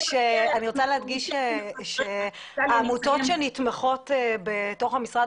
להדגיש שהעמותות שנתמכות בתוך המשרד